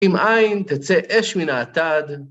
‫עם עין תצא אש מן העתד.